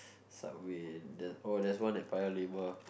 Subway oh there's one at Paya-Lebar